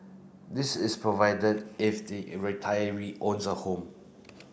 this is provided if the retiree owns a home